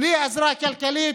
בלי עזרה כלכלית,